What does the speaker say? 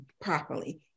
properly